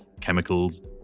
chemicals